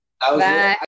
Bye